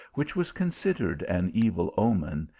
which was considered an evil omen,